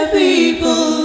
people